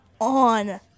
on